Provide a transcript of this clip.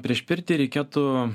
prieš pirtį reikėtų